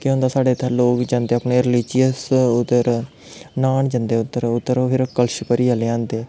केह् होंदा साढ़े इत्थै लोग जंदे अपने रिलिजियस उद्धर न्हान जंदे उद्धर उद्धरा फिर कलश भरियै लेआंदे